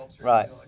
Right